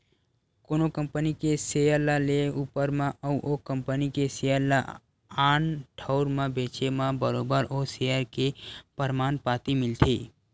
कोनो कंपनी के सेयर ल लेए ऊपर म अउ ओ कंपनी के सेयर ल आन ठउर म बेंचे म बरोबर ओ सेयर के परमान पाती मिलथे